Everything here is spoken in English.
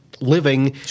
living